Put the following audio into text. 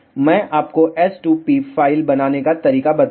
मैं आपको s2p file बनाने का तरीका बताऊंगा